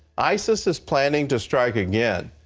isis is planning to strike again.